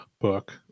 book